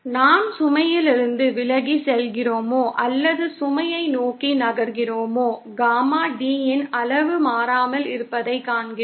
நாம் சுமையிலிருந்து விலகிச் செல்கிறோமா அல்லது சுமையை நோக்கி நகர்கிறோமா காமா D யின் அளவு மாறாமல் இருப்பதைக் காண்கிறோம்